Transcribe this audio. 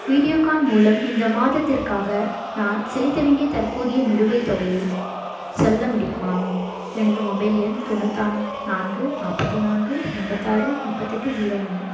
வீடியோகான் மூலம் இந்த மாதத்திற்காக நான் செலுத்த வேண்டிய தற்போதைய நிலுவைத் தொகையை சொல்ல முடியுமா எனது மொபைல் எண் தொண்ணூத்தி நான்கு நாற்பத்தி நான்கு எண்பத்தாறு முப்பத்தெட்டு ஸீரோ மூணு